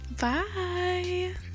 Bye